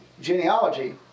genealogy